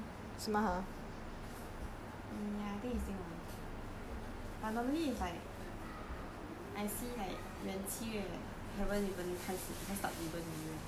mm ya I think is 今晚 but normally is like I see like when 七月 haven't even 开始 then start to burn already right eh no lah